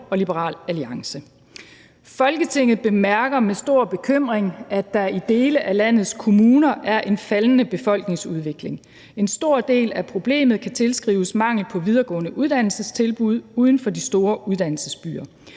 til vedtagelse »Folketinget bemærker med stor bekymring, at der i dele af landets kommuner er en faldende befolkningsudvikling. En stor del af problemet kan tilskrives mangel på videregående uddannelsestilbud uden for de store uddannelsesbyer.